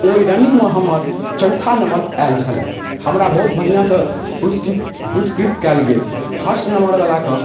ओइ रनिंग मऽ हमर चौथा नम्बर आएल छलए हमरा बहुत बढ़िया सँ पुरस्कृत पुरस्कृत कएल गेल फर्स्ट नम्बर बला कऽ